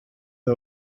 the